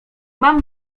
mam